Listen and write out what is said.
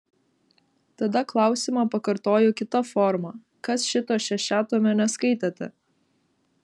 tada klausimą pakartoju kita forma kas šito šešiatomio neskaitėte